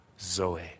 zoe